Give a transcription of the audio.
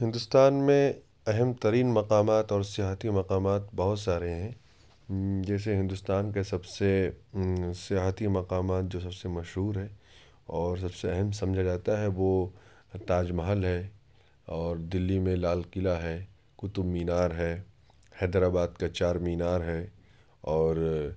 ہندوستان میں اہم ترین مقامات اور سیاحتی مقامات بہت سارے ہیں جیسے ہندوستان کے سب سے سیاحتی مقامات جو سب سے مشہور ہیں اور سب سے اہم سمجھا جاتا ہے وہ تاج محل ہے اور دلی میں لال قلعہ ہے قطب مینار ہے حیدر آباد کا چار مینار ہے اور